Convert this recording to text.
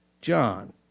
John